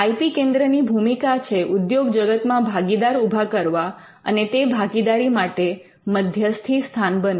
I P કેન્દ્ર ની ભૂમિકા છે ઉદ્યોગ જગતમાં ભાગીદાર ઉભા કરવા અને તે ભાગીદારી માટે મધ્યસ્થી સ્થાન બનવું